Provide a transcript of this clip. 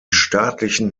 staatlichen